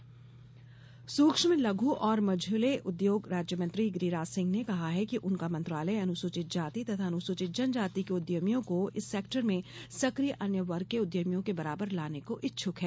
लघु उद्योग सुक्ष्म लघ् और मझौले उद्योग राज्यमंत्री गिरीराज सिंह ने कहा है कि उनका मंत्रालय अनुसूचित जाति तथा अनुसूचित जनजाति के उद्यमियों को इस सेक्टर में सक्रिय अन्य वर्ग के उद्यमियों के बराबर लाने को इच्छ्क है